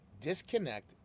Disconnect